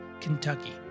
kentucky